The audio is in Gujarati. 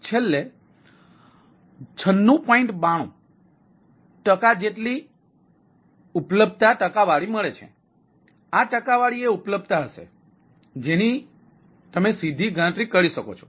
આ ટકાવારી એ ઉપલબ્ધતા હશે જેની તમે સીધી ગણતરી કરી શકો છો